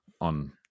on